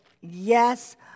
Yes